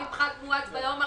שם נותנים פחת מואץ ביום הראשון.